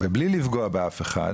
ובלי לפגוע באף אחד,